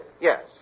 Yes